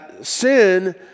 sin